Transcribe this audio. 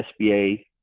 SBA